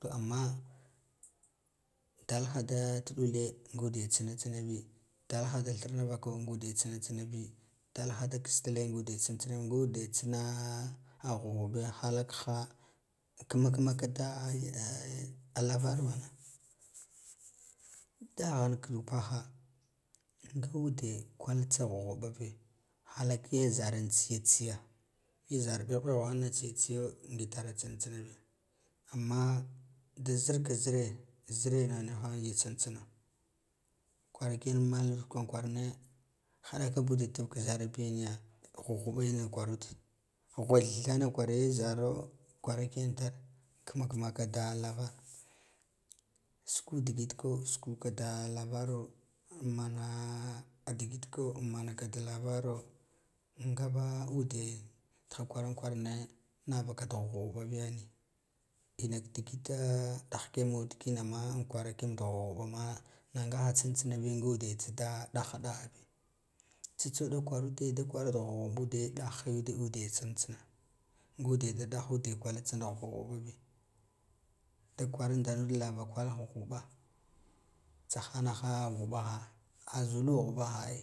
To amma dalha da tuɗuk nga de tsi na tsina bi dalha da thirna vako ngu de tsitsigisina bi dal ha da kistale ngude tsin tsina bi ngade tsina a ghubghuba bi halau gama guma ka da alavarmana daghan kudupaha nga ude kwal tsa ghughuba bi halak ya za ra tsiya tsiya ya zara ɗeu ɗeu ghanna tsi yo nga itar tsitsinabi amma da zirka zire zire ina niha ye tsintsin tsina kwara kiyan ma kwaran kwarane haɗaka buda tum ka zarabi niba ghubghubeni kwarub ghivil ɗana kwara zaro kwara kigan itar kama kama ba lavar shuku digid ko shukwa da lavar anma adigid ko ammana a digid ko amma ka da lavaro ngaba ude tiha kwaran kwarane nah baka da ghuɓ ghuba bigani ina ka di gife ɗah kigamud kinama da kwara kiyama da ghuɓ ghuɓama na ngaha tsinatsinabi nga ude da-ɗah ha ɗah ha bi tsitsa kwarade da kwara da ghuɓ ghuɓo de ɗah we ude tsintsina ngude da dah ude kwal tsi na ghub ghuɓa bi da kwara ndarud lava kwal ghuɓ ghuɓa tsa hanaha ghuɓaha a zulu ghuɓaha ai